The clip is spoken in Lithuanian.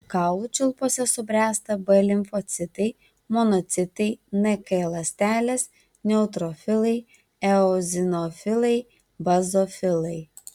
kaulų čiulpuose subręsta b limfocitai monocitai nk ląstelės neutrofilai eozinofilai bazofilai